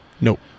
Nope